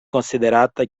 konsiderata